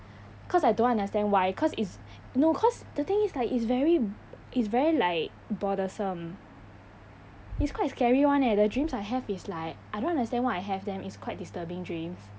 cause I don't understand why cause it's no cause the thing is like it's very it's very like bothersome it's quite scary [one] eh the dreams I have is like I don't understand why I have them it's quite disturbing dreams